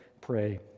pray